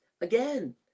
again